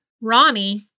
Ronnie